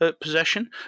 possession